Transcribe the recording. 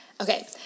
Okay